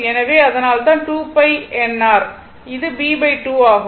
எனவே அதனால்தான் 2 π n r எனவே அது B2 ஆகும்